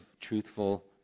truthful